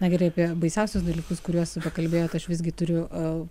na gerai apie baisiausius dalykus kuriuos pakalbėjot aš visgi turiu a